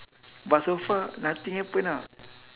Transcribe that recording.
but so far nothing happen ah